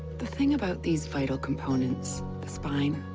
the thing about these vital components the spine,